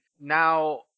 Now